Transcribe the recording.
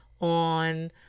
on